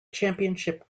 championship